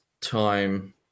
time